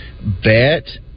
Bet